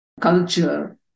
culture